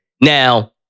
Now